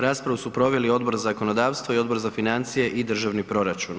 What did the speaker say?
Raspravu su proveli Odbor za zakonodavstvo i Odbor za financije i državni proračun.